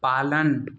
पालन